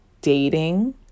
dating